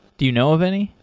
do you know of any?